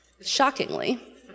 shockingly